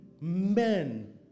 men